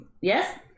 Yes